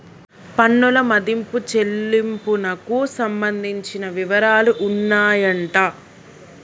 పన్నుల మదింపు చెల్లింపునకు సంబంధించిన వివరాలు ఉన్నాయంట